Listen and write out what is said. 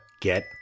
get